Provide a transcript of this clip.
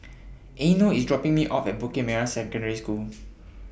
Eino IS dropping Me off At Bukit Merah Secondary School